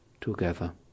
together